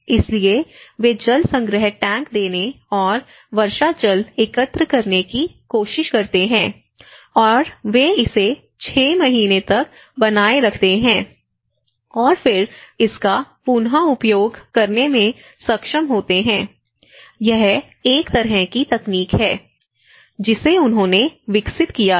इसलिए वे जल संग्रह टैंक देने और वर्षा जल एकत्र करने की कोशिश करते हैं और वे इसे 6 महीने तक बनाए रखते हैं और फिर इसका पुन उपयोग करने में सक्षम होते हैं यह एक तरह की तकनीक है जिसे उन्होंने विकसित किया है